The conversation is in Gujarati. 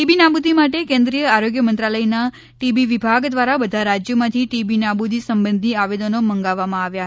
ટીબી નાબુદી માટે કેન્દ્રીય આરોગ્ય મંત્રાલયના ટીબી વિભાગ દ્વારા બધા રાજ્યોમાંથી ટીબી નાબુદી સબંધી આવેદનો મંગાવવામાં આવ્યા હતા